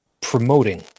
promoting